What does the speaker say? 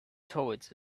towards